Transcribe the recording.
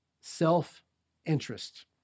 self-interest